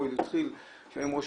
הוא אומר: לא יודע,